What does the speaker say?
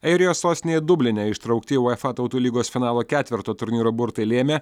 airijos sostinėje dubline ištraukti uefa tautų lygos finalo ketverto turnyro burtai lėmė